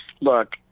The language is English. look